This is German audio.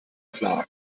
klar